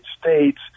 States